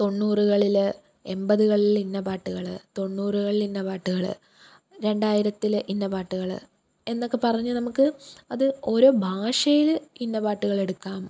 തൊണ്ണൂറുകളിൽ എമ്പതുകളിൽ ഇന്ന പാട്ടുകൾ തൊണ്ണൂറുകളിൽ ഇന്ന പാട്ടുകൾ രണ്ടായിരത്തിൽ ഇന്ന പാട്ടുകൾ എന്നൊക്കെ പറഞ്ഞ് നമുക്ക് അത് ഓരൊ ഭാഷയിൽ ഇന്ന പാട്ടുകളെടുക്കാം